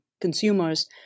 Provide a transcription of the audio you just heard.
consumers